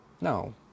No